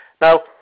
Now